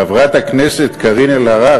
חברת הכנסת קארין אלהרר,